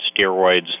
steroids